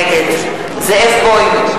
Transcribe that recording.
נגד זאב בוים,